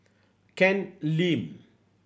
Ken Lim